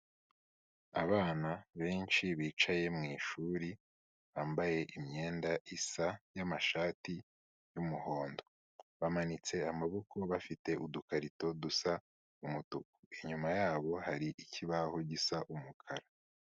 Abana benshi bicaye mu ishuri, bambaye imyenda isa y'amashati y'umuhondo, bamanitse amaboko bafite udukarito dusa umutuku, inyuma yabo hari ikibaho gisa umukara.